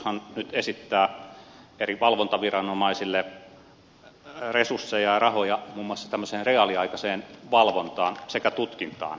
hallitushan nyt esittää eri valvontaviranomaisille resursseja ja rahoja muun muassa tämmöiseen reaaliaikaiseen valvontaan sekä tutkintaan